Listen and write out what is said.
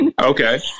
Okay